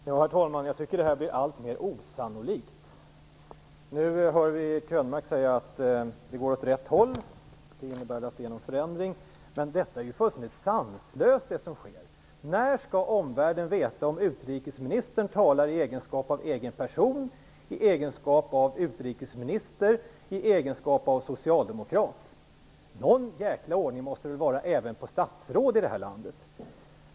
Herr talman! Jag tycker att detta blir alltmer osannolikt. Nu hörde vi Könberg säga att vi går åt rätt håll. Det innebär att det är en förändring. Det som sker är ju fullständigt sanslöst! Hur skall omvärlden veta när utrikesministern talar som egen person, i egenskap utrikesminister eller i egenskap av socialdemokrat? Någon jäkla ordning måste det väl vara även på statsråd i det här landet!